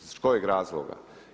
Iz kojeg razloga?